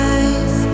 eyes